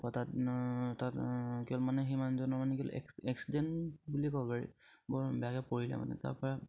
তাত তাত কি মানে সেই মানুহজনৰ মানে কি হ'ল এক্স এক্সিডেণ্ট বুলি ক'ব পাৰি বৰ বেয়াকে পৰিলে মানে তাৰ পৰা